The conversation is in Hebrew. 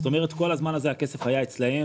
זאת אומרת כל הזמן הזה הכסף היה אצלם,